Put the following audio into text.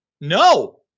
no